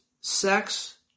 sex